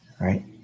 right